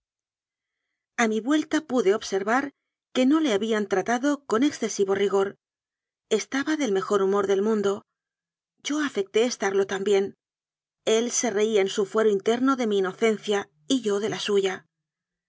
mi vuelta pude observar que no le habían tra tado con excesivo rigor estaba del mejor humor del mundo yo afecté estarlo también él se reía en su fuero interno de mi inocencia y yo de la suya